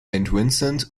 vincent